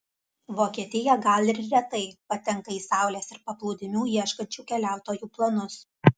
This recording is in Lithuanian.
vokietija gal ir retai patenka į saulės ir paplūdimių ieškančių keliautojų planus